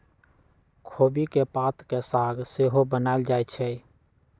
खोबि के पात के साग सेहो बनायल जाइ छइ